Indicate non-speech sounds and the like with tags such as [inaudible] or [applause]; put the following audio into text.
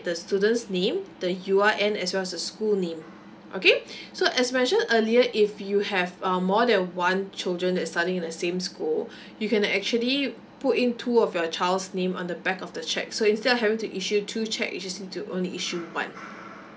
the student's name the U_R_N as well as the school's name okay [breath] so as mentioned earlier if you have uh more than one children that's studying in the same school [breath] you can actually put in two of your childs name on the back of the cheque so instead of having to issue two cheque you just need to only issue one